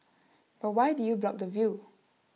but why did you block the view